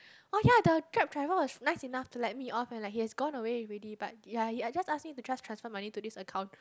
oh ya the Grab driver was nice enough to let me off and like he has gone away already but ya he just ask me to just transfer money to this account